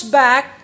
back